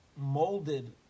molded